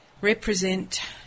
represent